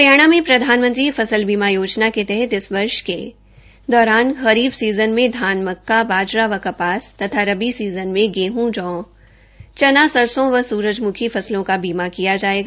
हरियाणा में प्रधानमंत्री फसल बीमा योजना के तहत इस वर्ष के दौरान खरीफ सीजन में धान मक्का बाजरा व कपास तथा रबी सीजन में गेहं जौ चना सरसों व सूरजम्खी फसलों का बीमा किया जाएगा